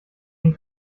den